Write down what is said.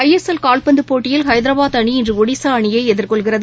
ஜ S L கால்பந்தபோட்டியில் ஐதராபாத் அணி இள்றுஒடிசாஅணியைஎதிர்கொள்கிறது